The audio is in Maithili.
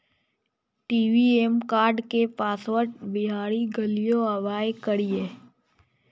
ए.टी.एम कार्ड के पासवर्ड बिसरि गेलियै आबय की करियै?